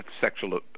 sexual